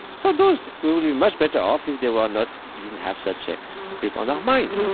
so those will will be much better off if they were not didn't have such a grip on our mind.